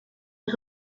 est